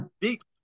deep